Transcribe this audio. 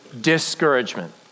discouragement